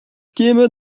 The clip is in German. käme